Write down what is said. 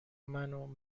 منو